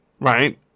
right